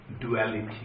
duality